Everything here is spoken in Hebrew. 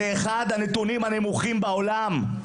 זה אחד הנתונים הנמוכים בעולם.